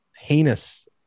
heinous